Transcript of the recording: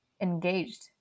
engaged